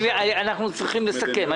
אנחנו צריכים לסכם.